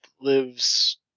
lives